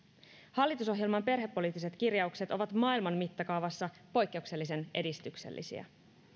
hallitusohjelman perhepoliittiset kirjaukset ovat maailman mittakaavassa poikkeuksellisen edistyksellisiä